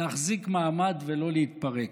להחזיק מעמד ולא להתפרק?